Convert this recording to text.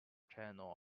channel